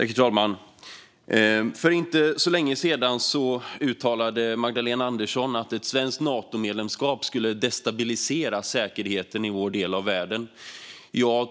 Herr talman! För inte så länge sedan sa Magdalena Andersson att ett svenskt Natomedlemskap skulle destabilisera säkerheten i vår del av världen.